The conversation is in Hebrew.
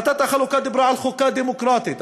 החלטת החלוקה דיברה על חוקה דמוקרטית,